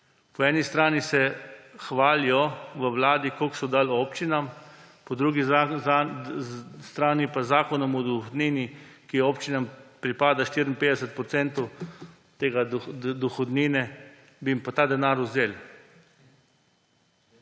Po eni strani se hvalijo v Vladi, koliko so dali občinam, po drugi strani bi jim pa z Zakonom o dohodnini, po katerem občinam pripada 54 % te dohodnine, ta denar vzeli